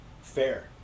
Fair